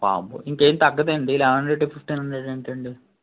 వామ్మో ఇంకేం తగ్గదండి లెవెన్ హండ్రెడ్ ఫిఫ్టీన్ హండ్రెడ్ ఏంటండి